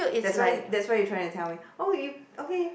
that's why that's what you trying to tell me oh you okay